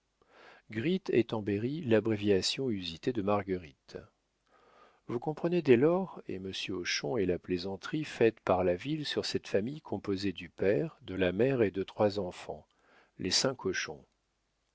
gritte est en berry l'abréviation usitée de marguerite vous comprenez dès-lors et monsieur hochon et la plaisanterie faite par la ville sur cette famille composée du père de la mère et de trois enfants les cinq hochon